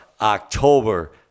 october